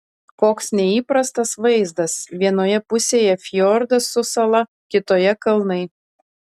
koks neįprastas vaizdas vienoje pusėje fjordas su sala kitoje kalnai